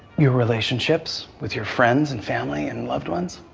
your relationships with your friends, and family, and loved ones.